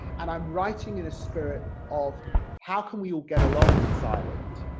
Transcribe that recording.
and i'm writing in a spirit of how can we all get along in this island?